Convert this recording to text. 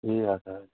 ए हजुर